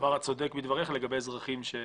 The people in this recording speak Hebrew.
הדבר הצודק בדבריך לגבי אזרחים שניזוקים.